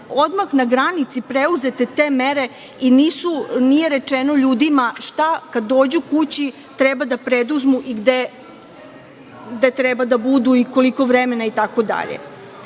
odmah na granici preuzete te mere i nije rečeno ljudima šta kada dođu kući treba da preduzmu i gde treba da budu i koliko vremena itd? Danas